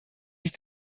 sich